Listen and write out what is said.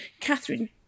Catherine